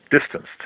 distanced